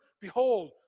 Behold